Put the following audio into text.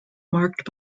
marked